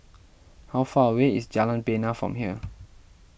how far away is Jalan Bena from here